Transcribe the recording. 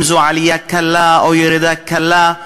אם זו עלייה קלה או ירידה קלה,